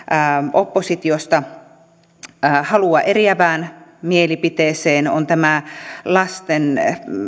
oppositiosta halua eriävään mielipiteeseen on tämä lasten